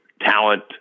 talent